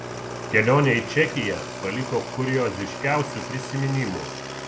kelionė į čekiją paliko kurioziškiausių prisiminimų